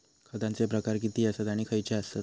खतांचे प्रकार किती आसत आणि खैचे आसत?